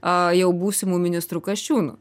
a jau būsimu ministru kasčiūnu